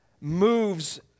moves